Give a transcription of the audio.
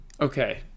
okay